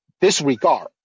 disregard